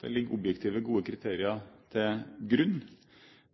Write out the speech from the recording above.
Det ligger gode, objektive kriterier til grunn.